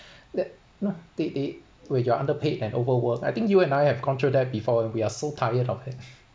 that they they where you're underpaid and overworked I think you and I have gone through that before we are so tired of it